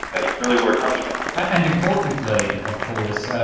that's really where it comes from. and importantly of course,